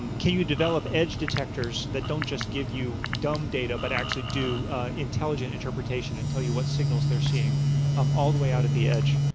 um can you develop edge detectors that don't just give you dumb data, but actually do intelligent interpretation and tell you what signals they're seeing um all the way out at the edge?